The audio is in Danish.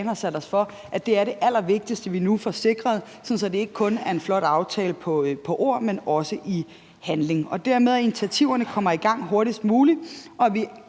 os for er det allervigtigste, altså at vi nu får sikret, at det ikke kun er en flot aftale på ord, men også i handling, og dermed, at initiativerne kommer i gang hurtigst muligt,